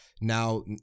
now